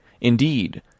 Indeed